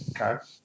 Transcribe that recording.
okay